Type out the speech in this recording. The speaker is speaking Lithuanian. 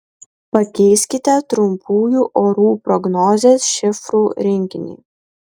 pakeiskite trumpųjų orų prognozės šifrų rinkinį